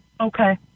Okay